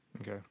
Okay